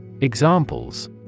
Examples